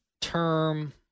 term